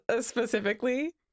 specifically